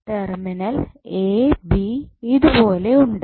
terminal A B ഇതുപോലെ ഉണ്ട്